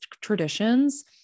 traditions